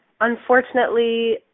unfortunately